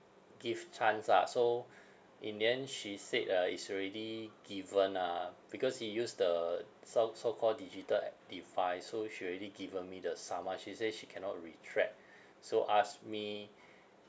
give chance ah so in the end she said uh is already given ah because he use the so so call digital uh device so she already given me the saman she say she cannot retract so ask me